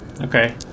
Okay